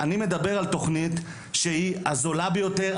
אני מדבר על תוכנית שהיא הזולה ביותר,